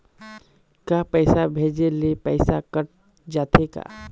का पैसा भेजे ले पैसा कट जाथे का?